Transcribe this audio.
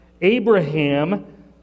Abraham